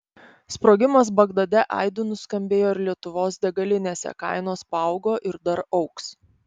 sprogimas bagdade aidu nuskambėjo ir lietuvos degalinėse kainos paaugo ir dar augs